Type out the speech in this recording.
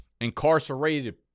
Incarcerated